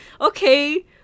okay